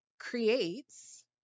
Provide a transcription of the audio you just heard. creates